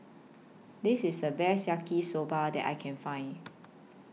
This IS The Best Yaki Soba that I Can Find